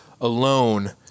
alone